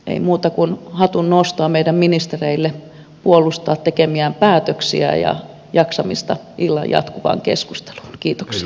ei muuta kuin hatunnostoa meidän ministereille heidän tekemiensä päätösten puolustamiseen ja jaksamista illan jatkuvaan keskusteluun